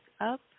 up